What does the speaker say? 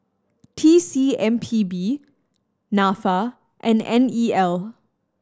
T C M P B Nafa and N E L